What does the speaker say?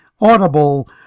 Audible